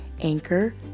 Anchor